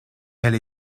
elle